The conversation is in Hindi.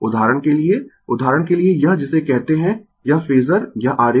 उदाहरण के लिए उदाहरण के लिए यह जिसे कहते है यह फेजर यह आरेख